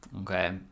Okay